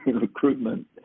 recruitment